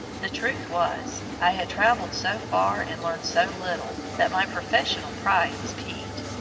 the truth was, i had travelled so far and learned so little, that my professional pride was piqued.